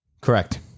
Correct